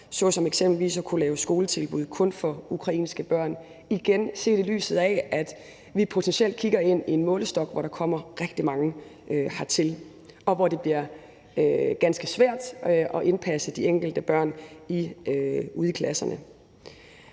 såsom eksempelvis at kunne lave skoletilbud kun for ukrainske børn, igen set i lyset af, at vi potentielt kigger ind i en målestok, hvor der kommer rigtig mange hertil, og hvor det bliver ganske svært at indpasse de enkelte børn ude i klasserne.